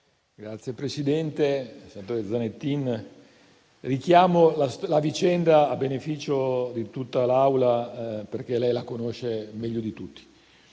Signor Presidente, senatore Zanettin, richiamo la vicenda a beneficio di tutta l'Assemblea, perché lei la conosce meglio di tutti.